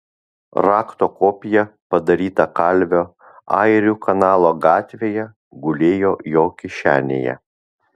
rakto kopija padaryta kalvio airių kanalo gatvėje gulėjo jo kišenėje